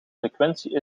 frequentie